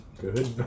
good